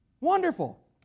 Wonderful